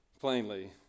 plainly